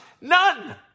None